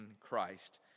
Christ